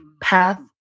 path